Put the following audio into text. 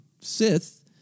Sith